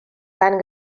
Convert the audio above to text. cant